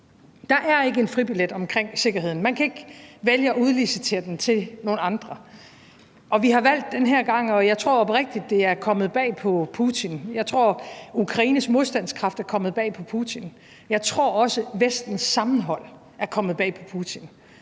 Der er ikke en fribillet omkring sikkerheden. Man kan ikke vælge at udlicitere den til nogle andre, og jeg tror oprigtigt, det er kommet bag på Putin. Jeg tror, Ukraines modstandskraft er kommet bag på Putin, og jeg tror også, at Vestens sammenhold er kommet bag på Putin.